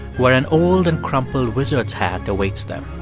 where an old and crumpled wizard's hat awaits them.